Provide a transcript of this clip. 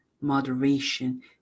moderation